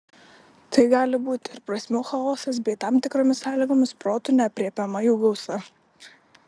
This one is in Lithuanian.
tai gali būti ir prasmių chaosas bei tam tikromis sąlygomis protu neaprėpiama jų gausa